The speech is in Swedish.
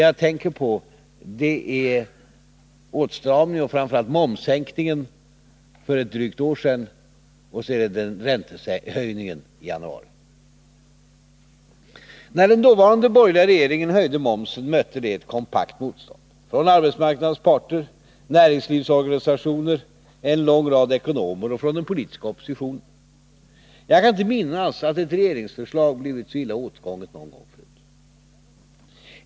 Jag tänker på den kraftiga åtstramningen, framför allt momshöjningen i fjol höst och räntehöjningen i januari. När den dåvarande borgerliga regeringen höjde momsen mötte det ett kompakt motstånd — från arbetsmarknadens parter, näringslivsorganisationer, en lång rad ekonomer och den politiska oppositionen. Jag kan inte minnas att ett regeringsförslag någonsin blivit så illa åtgånget.